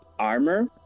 Armor